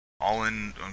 all-in